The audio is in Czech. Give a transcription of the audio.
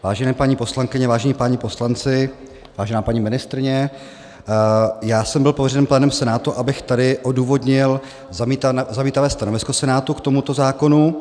Vážené paní poslankyně, vážení páni poslanci, vážená paní ministryně, já jsem byl pověřen plénem Senátu, abych tady odůvodnil zamítavé stanovisko Senátu k tomuto zákonu.